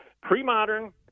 pre-modern